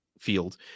field